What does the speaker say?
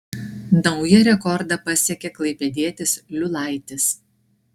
naują rekordą pasiekė klaipėdietis liulaitis